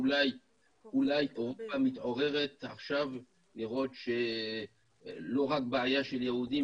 אולי אירופה מתעוררת עכשיו לראות שזה לא רק בעיה של יהודים,